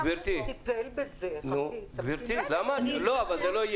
גברתי, אני לא פותח את זה לדיון וזה לא הדיון.